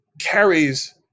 carries